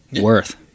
Worth